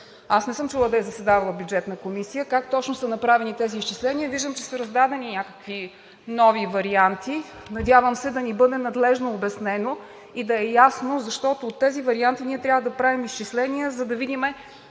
Аз не съм чувала да е заседавала Бюджетната комисия и как точно са направени тези изчисления. Виждам, че са раздадени някакви нови варианти. Надявам се да ни бъде надлежно обяснено и да е ясно, защото от тези варианти ние трябва да правим изчисления, за да видим